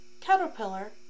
caterpillar